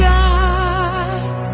God